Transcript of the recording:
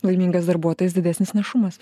laimingas darbuotojas didesnis našumas